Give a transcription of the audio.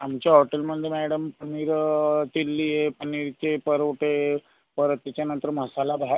आमच्या हॉटेलमध्ये madam paneer chilli आहे पनीरचे परोठे परत त्याच्यानंतर मसाला भात